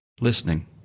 Listening